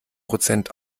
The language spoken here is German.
prozent